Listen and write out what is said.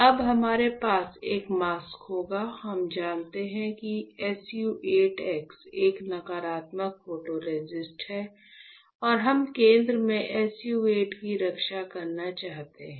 अब हमारे पास एक मास्क होगा हम जानते हैं कि SU 8 x एक नकारात्मक फोटोरेसिस्ट है और हम केंद्र में SU 8 की रक्षा करना चाहते हैं